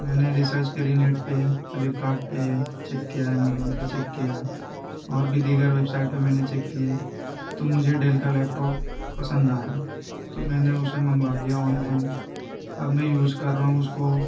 میں نے ریسرچ کری نیٹ پہ فلپ کارٹ پہ چیک کیا امیزون پہ چیک کیا اور بھی دیگر ویب سائٹ پہ میں نے چیک کیے تو مجھے ڈیل کا لیپ ٹاپ پسند آیا تو میں نے اسے منگوا لیا آن لائن اب میں یوز کر رہا ہوں اس کو